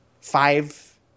five